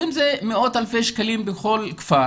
אם זה מאות אלפי שקלים בכל כפר,